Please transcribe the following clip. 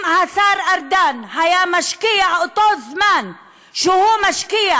אם השר ארדן היה משקיע את אותו זמן שהוא משקיע